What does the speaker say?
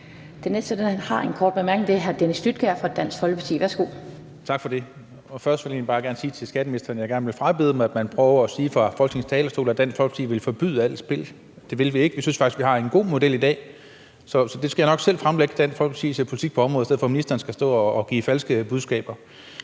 Den næste, der har en kort bemærkning, er hr. Dennis Flydtkjær fra Dansk Folkeparti. Værsgo. Kl. 19:59 Dennis Flydtkjær (DF): Tak for det. Først vil jeg egentlig bare gerne sige til skatteministeren, at jeg gerne vil frabede mig, at man fra Folketingets talerstol prøver at sige, at Dansk Folkeparti vil forbyde alt spil. Det vil vi ikke. Vi synes faktisk, at vi har en god model i dag. Så jeg skal nok selv fremlægge Dansk Folkepartis politik på området, i stedet for at ministeren skal stå og komme med falske budskaber.